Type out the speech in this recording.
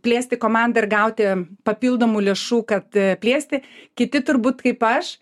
plėsti komandą ir gauti papildomų lėšų kad plėsti kiti turbūt kaip aš